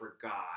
forgot